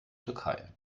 türkei